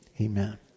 Amen